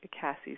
Cassie